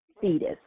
fetus